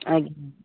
ଆଜ୍ଞା